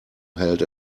held